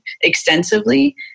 extensively